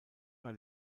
war